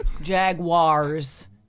Jaguars